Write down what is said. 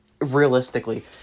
realistically